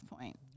point